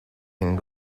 and